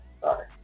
sorry